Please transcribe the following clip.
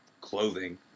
clothing